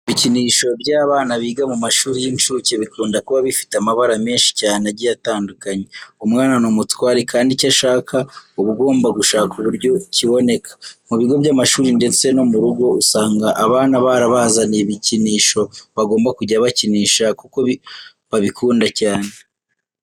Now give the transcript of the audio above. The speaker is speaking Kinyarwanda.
Ibikinisho by'abana biga mu mashuri y'inshuke bikunda kuba bifite amabara menshi cyane agiye atandukanye. Umwana ni umutware kandi icyo ushaka uba ugomba gushaka uburyo kiboneka. Mu bigo by'amashuri ndetse no mu rugo usanga abana barabazaniye ibikinisho bagomba kujya bakinisha kuko babikunda cyane.